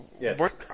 Yes